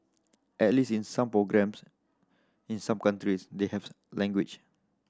at least in some programmes in some countries they have language